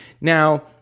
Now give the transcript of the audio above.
Now